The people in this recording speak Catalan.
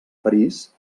parís